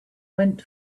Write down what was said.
went